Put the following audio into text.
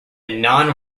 non